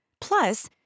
Plus